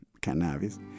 cannabis